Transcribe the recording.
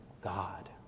God